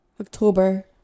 October